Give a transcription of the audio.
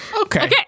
Okay